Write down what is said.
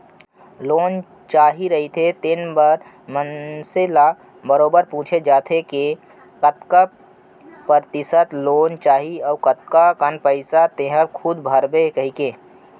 loan चाही रहिथे तेन बेरा म मनसे ल बरोबर पूछे जाथे के कतका परतिसत लोन चाही अउ कतका कन पइसा तेंहा खूद भरबे कहिके